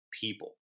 people